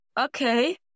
okay